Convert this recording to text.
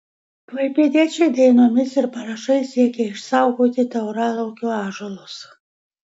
klaipėdiečiai dainomis ir parašais siekia išsaugoti tauralaukio ąžuolus